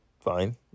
fine